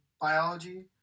biology